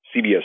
CBS